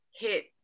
hit